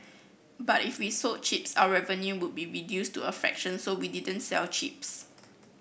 but if we sold chips our revenue would be reduced to a fraction so we didn't sell chips